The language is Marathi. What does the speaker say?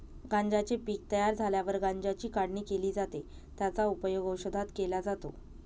गांज्याचे पीक तयार झाल्यावर गांज्याची काढणी केली जाते, त्याचा उपयोग औषधात केला जातो